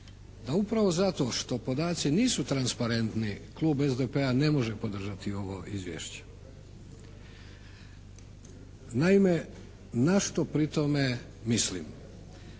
da upravo zato što podaci nisu transparentni klub SDP-a ne može podržati ovo izvješće. Naime, na što pri tome mislimo?